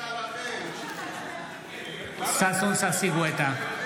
ששון ששי גואטה,